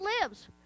lives